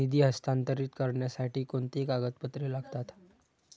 निधी हस्तांतरित करण्यासाठी कोणती कागदपत्रे लागतात?